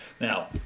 Now